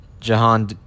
Jahan